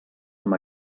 amb